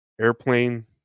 airplane